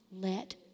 let